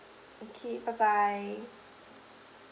okay bye bye